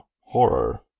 horror